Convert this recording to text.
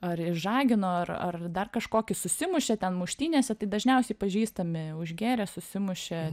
ar išžagino ar ar dar kažkokį susimušė ten muštynėse tai dažniausiai pažįstami užgėrė susimušė